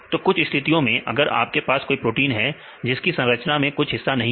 तो कुछ स्थितियों मैं अगर आपके पास कोई प्रोटीन है जिस की संरचना में कुछ हिस्सा नहीं है